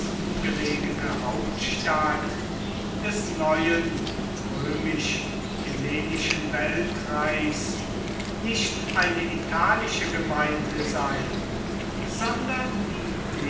gelegene hauptstadt des neuen römisch hellenischen weltreichs nicht eine italische gemeinde sein sondern die